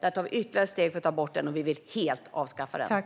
Vi tar ytterligare steg för att ta bort den, och vi vill helt avskaffa den.